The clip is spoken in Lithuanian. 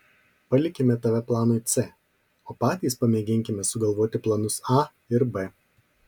palikime tave planui c o patys pamėginkime sugalvoti planus a ir b